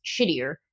shittier